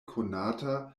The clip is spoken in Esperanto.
konata